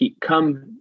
come